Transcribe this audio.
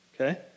Okay